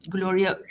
Gloria